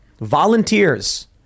volunteers